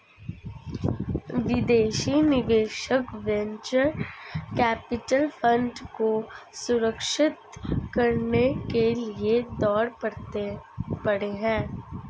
विदेशी निवेशक venture capital fund को सुरक्षित करने के लिए दौड़ पड़े हैं